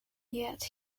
yet